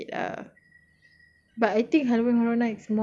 sama lah without the ex~ express ticket lah